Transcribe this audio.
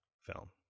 film